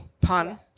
pun